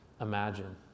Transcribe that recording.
imagine